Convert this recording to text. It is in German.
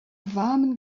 warmen